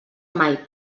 mai